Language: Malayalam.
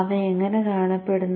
അവ എങ്ങനെ കാണപ്പെടുന്നു